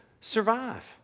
survive